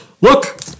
look